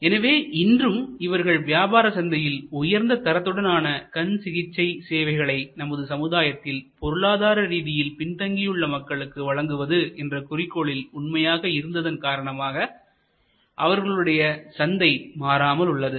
எனவே இன்றும் அவர்கள் வியாபார சந்தையில் உயர்ந்த தரத்துடன் ஆன கண் சிகிச்சை சேவைகளை நமது சமுதாயத்தில் பொருளாதார ரீதியில் பின் பின்தங்கியுள்ள மக்களுக்கு வழங்குவது என்ற குறிக்கோளில் உண்மையாக இருந்ததன் காரணமாக அவர்களுடைய சந்தை மாறாமல் உள்ளது